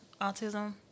autism